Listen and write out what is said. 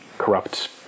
corrupt